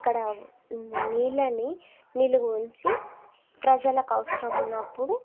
అక్కడ నీళ్ళని నిలువ ఉంచి ప్రజలకు అవసరం ఉన్నప్పుడు